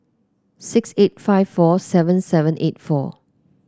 six eight five four seven seven eight four